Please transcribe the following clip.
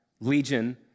legion